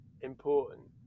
important